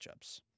matchups